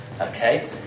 Okay